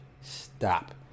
Stop